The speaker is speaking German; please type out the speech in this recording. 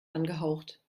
angehaucht